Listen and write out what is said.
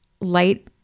light